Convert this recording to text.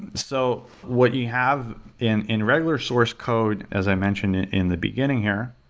and so what you have in in regular source code, as i mentioned in the beginning here,